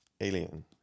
Alien